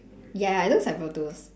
ya ya it looks like pro tools